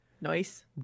Nice